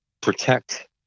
protect